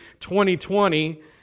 2020